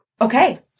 okay